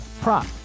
prop